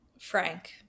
Frank